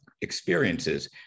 experiences